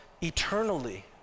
eternally